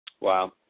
Wow